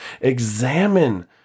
Examine